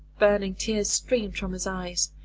burning tears streamed from his eyes.